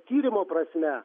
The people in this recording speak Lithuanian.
tyrimo prasme